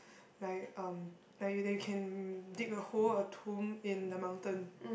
like um like you that you can dig a hole a tomb in the mountain